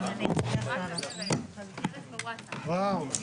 הישיבה ננעלה בשעה 17:00.